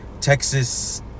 Texas